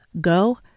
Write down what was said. Go